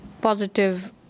positive